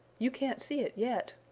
you can't see it yet,